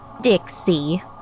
Dixie